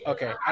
Okay